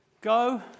go